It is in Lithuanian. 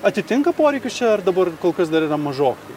atitinka poreikius čia ar dabar kol kas dar yra mažokai